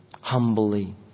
humbly